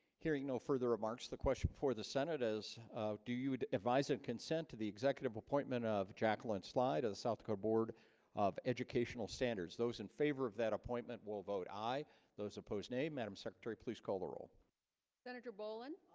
hearing no further remarks the question before the senate is do you advise and consent to the executive appointment of jacqueline slide of the south dakota board of? educational standards those in favor of that appointment will vote aye those opposed nay madame secretary. please call the roll senator boland